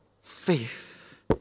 faith